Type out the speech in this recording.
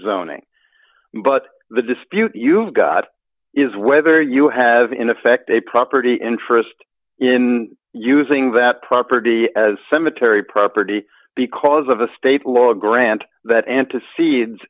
zoning but the dispute you've got is whether you have in effect a property interest in using that property as cemetery property because of a state law grant that antecedent